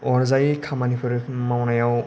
अरजायै खामानिफोर मावनायाव